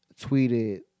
tweeted